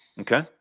okay